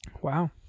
Wow